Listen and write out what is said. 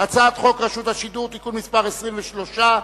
הצעת חוק רשות השידור (תיקון מס' 23),